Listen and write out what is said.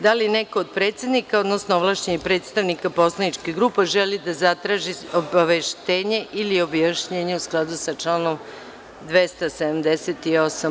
Da li neko od predsednika, odnosno ovlašćenih predstavnika poslaničkih grupa želi da zatraži obaveštenje ili objašnjenje u skladu sa članom 278.